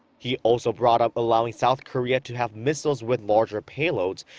he also brought up allowing south korea to have missiles with larger payloads.